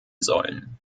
sollen